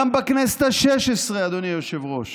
גם בכנסת השש-עשרה, אדוני היושב-ראש,